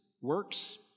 works